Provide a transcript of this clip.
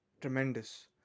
tremendous